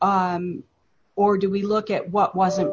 or do we look at what wasn't